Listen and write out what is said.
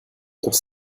durch